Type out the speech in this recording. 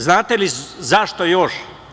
Znate li zašto još?